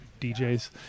DJs